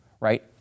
right